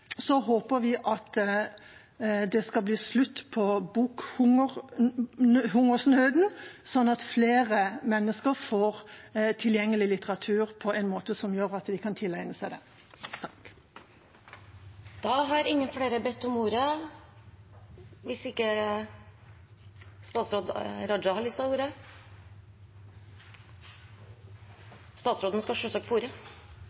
håper vi at det skal bli slutt på bokhungersnøden, sånn at flere mennesker får litteratur tilgjengelig på en måte som gjør at de kan tilegne seg den. Det er viktig å si at jeg er glad for at en samlet komité slutter seg til regjeringens forslag om å